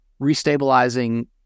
restabilizing